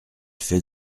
fait